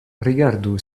rigardu